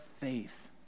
faith